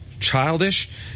childish